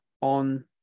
on